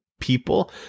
people